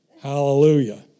Hallelujah